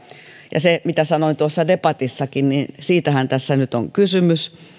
ja kuten sanoin tuossa debatissakin niin siitähän tässä nyt on kysymys